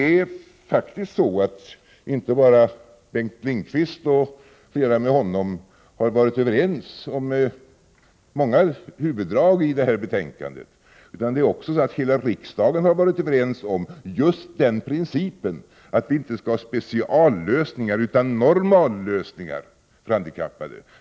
Det är faktiskt så att inte bara Bengt Lindqvist och flera med honom har varit överens om många huvuddrag i betänkandet, utan hela riksdagen har varit överens om just den principen att vi inte skall ha speciallösningar utan normallösningar för handikappade.